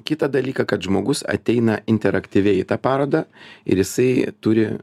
kitą dalyką kad žmogus ateina interaktyviai į tą parodą ir jisai turi